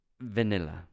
Vanilla